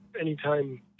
anytime